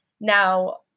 Now